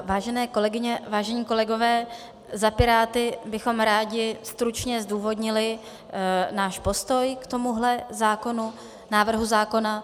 Vážené kolegyně, vážení kolegové, za Piráty bychom rádi stručně zdůvodnili náš postoj k tomuhle návrhu zákona.